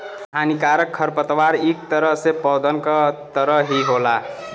हानिकारक खरपतवार इक तरह से पौधन क तरह ही होला